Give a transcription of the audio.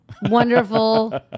wonderful